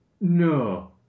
no